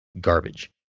garbage